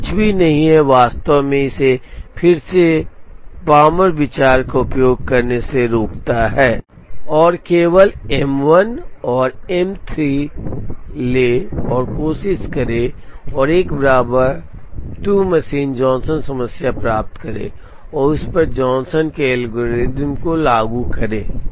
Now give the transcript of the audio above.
तो कुछ भी नहीं वास्तव में इसे फिर से पामर विचार का उपयोग करने से रोकता है और केवल एम 1 और एम 3 ले और कोशिश करें और एक बराबर 2 मशीन जॉनसन समस्या प्राप्त करें और उस पर जॉनसन के एल्गोरिथ्म को लागू करें